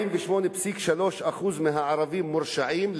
48.3% מהערבים מורשעים,